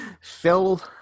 Phil